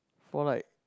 for like